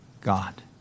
God